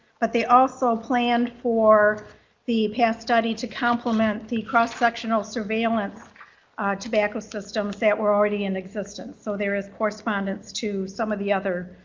but they also planned for the path study to complement the cross-sectional surveillance tobacco systems that were already in existence. so there is correspondence to some of the other